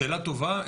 שאלה טובה.